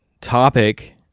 topic